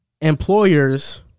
employers